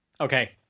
Okay